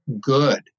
good